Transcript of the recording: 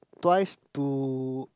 twice to